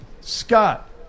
Scott